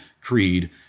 creed